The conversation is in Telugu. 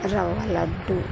రవ లడ్డు